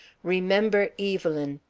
remember evelyn!